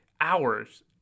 hours